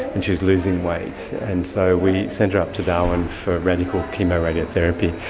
and she was losing weight. and so we sent her up to darwin for radical chemo radiotherapy,